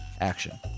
action